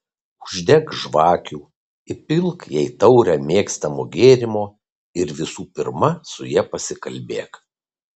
uždek žvakių įpilk jai taurę mėgstamo gėrimo ir visų pirma su ja pasikalbėk